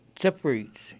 separates